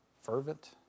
Fervent